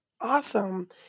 Awesome